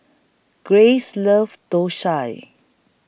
Grace loves Thosai